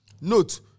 Note